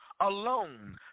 alone